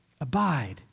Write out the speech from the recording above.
Abide